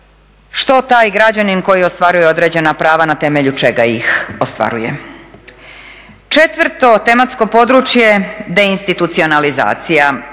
što taj građanin koji ostvaruje određena prava, na temelju čega ih ostvaruje. Četvrto tematsko područje deinstitucionalizacija